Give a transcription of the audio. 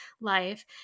life